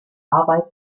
arbeit